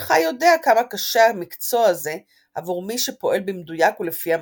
"הנך יודע כמה קשה המקצוע הזה עבור מי שפועל במדויק ולפי המצפון,